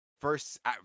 first